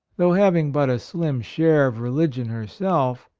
though hav ing but a slim share of religion her self,